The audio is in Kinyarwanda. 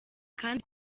kandi